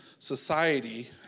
Society